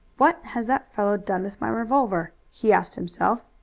what has that fellow done with my revolver? he asked himself.